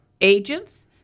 agents